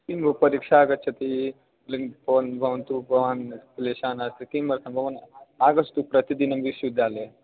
किं भो परीक्षाम् आगच्छति लिन् पोन् भवान् तु भवन्तं क्लेशः नास्ति किमर्थं भवान् आगच्छतु प्रतिदिनं विश्वविद्यालये